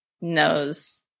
knows